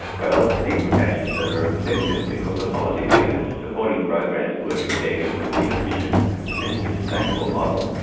well the implications are extensive, because the policy makers supporting programs to work with care givers would be an efficient and potentially sustainable model.